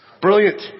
Brilliant